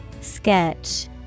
Sketch